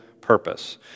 purpose